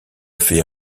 fait